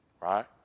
right